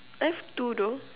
I've two though